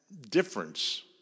difference